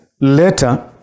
later